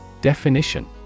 Definition